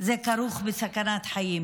זה כרוך בסכנת חיים,